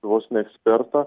vos ne ekspertą